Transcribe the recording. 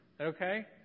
Okay